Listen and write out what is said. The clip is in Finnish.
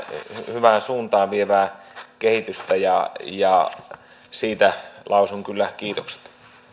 hyvään suuntaan vievää kehitystä ja ja siitä lausun kyllä kiitokset